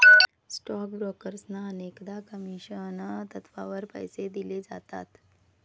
stock ब्रोकर्सना अनेकदा commission तत्त्वावर पैसे दिले जातात